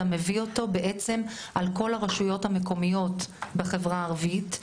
אתה מביא אותו בעצם על כל הרשויות המקומיות בחברה הערבית,